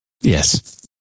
Yes